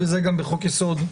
וזה גם בחוק יסוד,